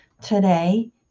today